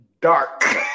dark